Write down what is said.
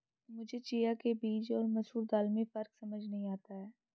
मुझे चिया के बीज और मसूर दाल में फ़र्क समझ नही आता है